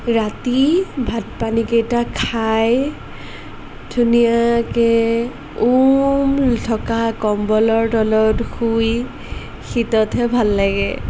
ৰাতি ভাত পানীকেইটা খাই ধুনীয়াকে উম থকা কম্বলৰ তলত শুই শীততহে ভাল লাগে